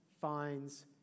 finds